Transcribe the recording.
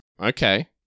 Okay